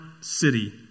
city